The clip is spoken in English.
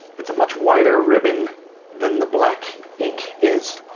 it's a much wider ribbon than the black ink is.